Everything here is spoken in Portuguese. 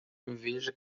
veja